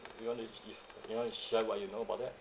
you want to if you want to share what you know about that